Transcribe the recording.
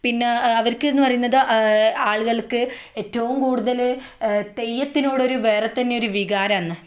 പിന്നെ അവർക്കെന്ന് പറയുന്നത് ആളുകൾക്ക് ഏറ്റവും കൂടുതൽ തെയ്യത്തിനോടൊരു വേറെ തന്നെ ഒരു വികാരമാണ്